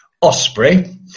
Osprey